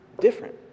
different